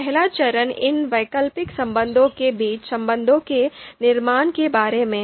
पहला चरण इन वैकल्पिक संबंधों के बीच संबंधों के निर्माण के बारे में है